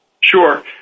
Sure